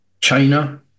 China